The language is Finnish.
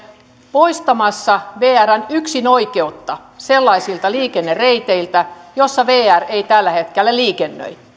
poistamassa vrn yksinoikeutta sellaisilta liikennereiteiltä joilla vr ei tällä hetkellä liikennöi